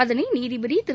அதனை நீதிபதி திரு